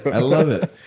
but i love it.